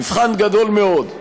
מבחן גדול מאוד.